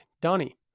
Donnie